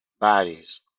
bodies